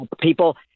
people